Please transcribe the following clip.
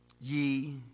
ye